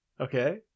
Okay